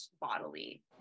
bodily